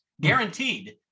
Guaranteed